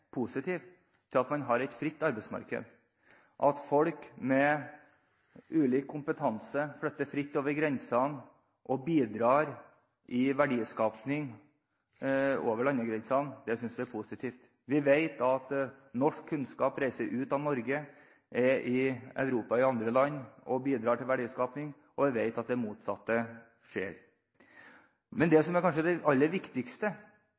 positiv til at man har et fritt arbeidsmarked, at folk med ulik kompetanse flytter fritt over landegrensene og bidrar til verdiskaping. Det synes vi er positivt. Vi vet at norsk kunnskap reiser ut av Norge, er i Europa, i andre land, og bidrar til verdiskaping, og vi vet at det motsatte skjer. Men det som kanskje er det aller viktigste,